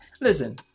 Listen